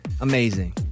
amazing